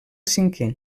cinquè